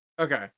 Okay